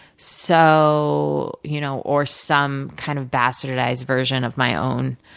so you know or, some kind of bastardized version of my own,